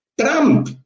Trump